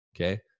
okay